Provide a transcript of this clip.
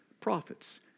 Prophets